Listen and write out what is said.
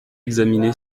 examiné